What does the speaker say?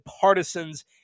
partisans